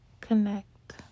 connect